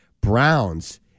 Brown's